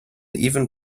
even